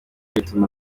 bituma